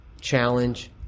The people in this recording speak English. challenge